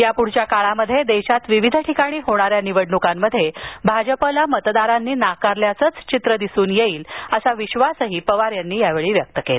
यापुढील काळात देशात विविध ठिकाणी होणाऱ्या निवडणुकांत भाजपला मतदारांनी नाकारल्याचंच चित्र दिसून येईल असा विश्वासही पवार यांनी व्यक्त केला